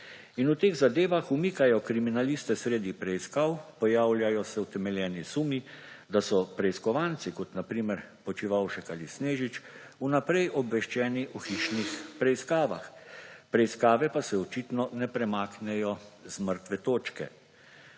In v teh zadevah umikajo kriminaliste sredi preiskav, pojavljajo se utemeljeni sumi, da so preiskovanci, kot na primer Počivalšek ali Snežič, vnaprej obveščeni o hišnih preiskavah; preiskave pa se očitno ne premaknejo z mrtve točke.